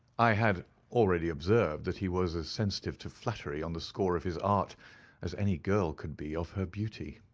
i had already observed that he was as sensitive to flattery on the score of his art as any girl could be of her beauty.